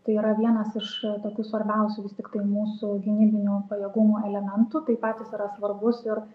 tai yra vienas iš tokių svarbiausių vis tiktai mūsų gynybinių pajėgumų elementų tai pat jis yra svarbus ir